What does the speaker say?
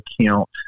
account